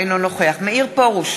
אינו נוכח מאיר פרוש,